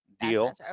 deal